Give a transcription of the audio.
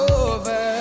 over